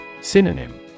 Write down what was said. Synonym